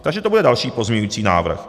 Takže to bude další pozměňovací návrh.